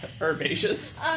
herbaceous